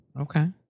okay